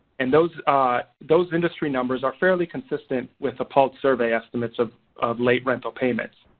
and those those industry numbers are fairly consistent with the pulse survey estimates of late rental payments.